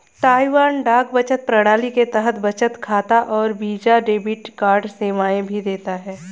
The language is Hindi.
ताइवान डाक बचत प्रणाली के तहत बचत खाता और वीजा डेबिट कार्ड सेवाएं भी देता है